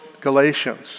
Galatians